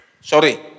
Sorry